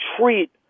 treat